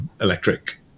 electric